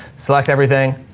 select everything.